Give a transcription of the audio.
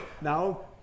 now